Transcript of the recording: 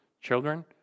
Children